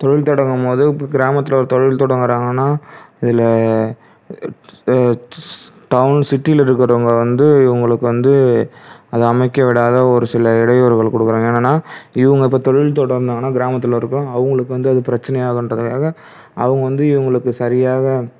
தொழில் தொடங்கும் போது இப்போ கிராமத்தில் ஒரு தொழில் தொடங்கறாங்கன்னா இதில் டவுன் சிட்டியில் இருக்கறவங்க வந்து இவங்களுக்கு வந்து அது அமைக்க விடாத ஒரு சில இடையூறுகள் கொடுக்கறாங்க ஏன்னால் இவங்க இப்போது தொழில் தொடங்கினவொன்னே கிராமத்தில் இருக்கிறவங்க அவங்களுக்கு வந்து அது பிரச்சனையாக ஆகுன்றதுகாக அவங்க வந்து இவங்களுக்கு சரியாக